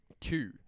two